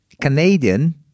Canadian